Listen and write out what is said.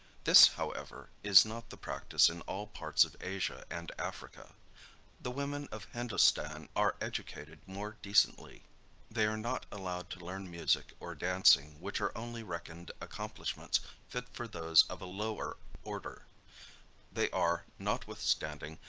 this, however, is not the practice in all parts of asia and africa the women of hindostan are educated more decently they are not allowed to learn music or dancing which are only reckoned accomplishments fit for those of a lower order they are notwithstanding,